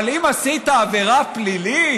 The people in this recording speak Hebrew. אבל אם עשית עבירה פלילית